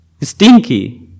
stinky